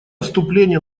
вступления